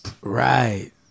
Right